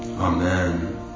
Amen